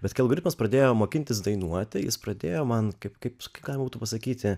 paskiau gripas pradėjo mokintis dainuoti jis pradėjo man kaip kaip galima būtų pasakyti